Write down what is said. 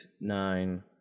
nine